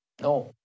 No